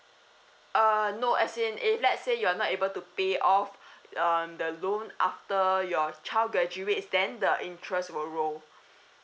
err no as in if let's say you're not able to pay off um the loan after your child graduates then the interest will roll